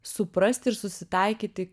suprasti ir susitaikyti